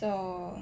so